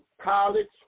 college